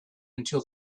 until